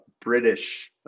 British